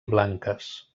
blanques